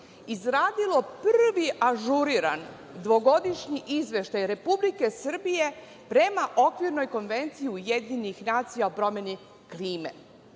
izradilo prvi ažuriran dvogodišnji izveštaj Republike Srbije prema Okvirnoj konvenciji UN o promeni klime. Ovaj